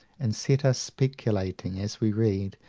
and set us speculating, as we read,